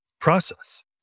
process